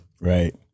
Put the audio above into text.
Right